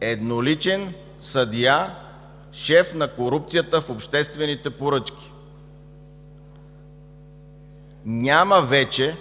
едноличен съдия, шеф на корупцията в обществените поръчки. Няма вече